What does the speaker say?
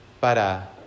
para